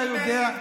אתה יודע,